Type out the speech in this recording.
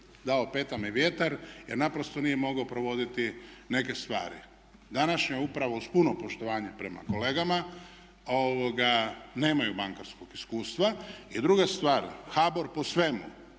dao petama vjetra jer naprosto nije mogao provoditi neke stvari. Današnja uprava uz puno poštovanja prema kolegama nemaju bankarskog iskustva. I druga stvar, HBOR po svemu